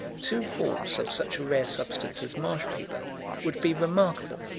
two falls of such a rare substance as marsh paper would be remarkable.